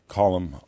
column